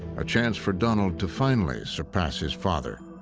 a chance for donald to finally surpass his father.